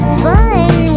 fun